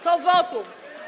To wotum.